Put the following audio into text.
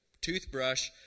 toothbrush